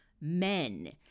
men